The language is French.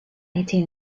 été